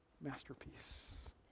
masterpiece